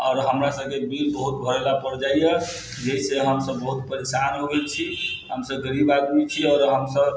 आओर हमरा सभके बिल बहुतके भरै पड़ जाइया जाहिसँ हम सभ बहुत परेशान हो गेल छी हम सभ गरीब आदमी छी आओर हम सभ